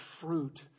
fruit